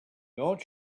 don’t